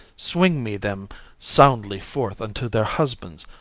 swinge me them soundly forth unto their husbands.